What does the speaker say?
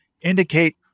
indicate